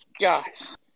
guys